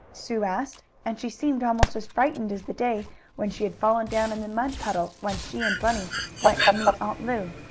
sue asked, and she seemed almost as frightened as the day when she had fallen down in the mud puddle when she and bunny went to meet aunt lu.